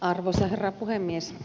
arvoisa herra puhemies